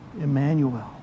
Emmanuel